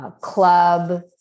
club